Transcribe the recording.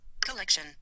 Collection